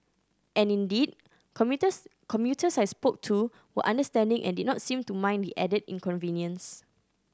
and indeed commuters I spoke to were understanding and did not seem to mind the added inconvenience